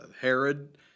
Herod